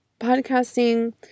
Podcasting